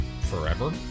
forever